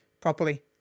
properly